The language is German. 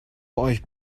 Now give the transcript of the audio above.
euch